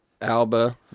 Alba